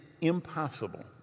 impossible